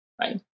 right